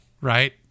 Right